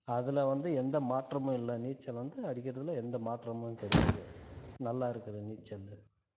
அதில் வந்து எந்த மாற்றமும் இல்லை நீச்சல் வந்து அடிக்கிறதில் எந்த மாற்றமும் கிடையாது நல்லா இருக்குது நீச்சல்